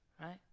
right